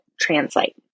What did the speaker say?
translate